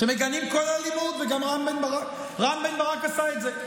שמגנים כל אלימות, וגם רם בן ברק עשה את זה.